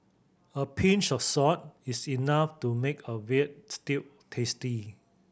a pinch of salt is enough to make a veal stew tasty